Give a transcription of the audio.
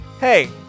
Hey